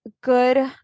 good